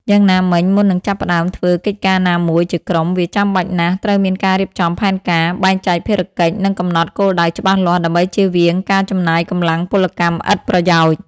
យ៉ាងណាមិញមុននឹងចាប់ផ្ដើមធ្វើកិច្ចការណាមួយជាក្រុម វាចាំបាច់ណាស់ត្រូវមានការរៀបចំផែនការ បែងចែកភារកិច្ច និងកំណត់គោលដៅច្បាស់លាស់ ដើម្បីជៀសវាងការចំណាយកម្លាំងពលកម្មឥតប្រយោជន៍។